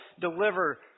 deliver